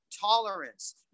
tolerance